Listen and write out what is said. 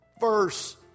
verse